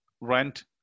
rent